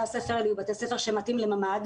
הספר האלה יהיו תלמידים שמתאימים לממ"ד